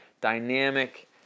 dynamic